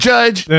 Judge